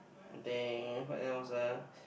then what else ah